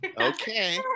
okay